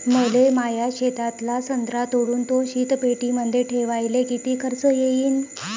मले माया शेतातला संत्रा तोडून तो शीतपेटीमंदी ठेवायले किती खर्च येईन?